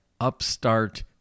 upstart